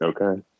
Okay